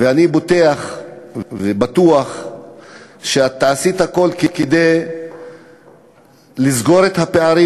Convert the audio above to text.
ואני בוטח בך ובטוח שאת תעשי הכול כדי לסגור את הפערים